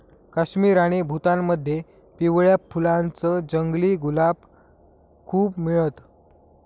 काश्मीर आणि भूतानमध्ये पिवळ्या फुलांच जंगली गुलाब खूप मिळत